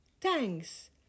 Thanks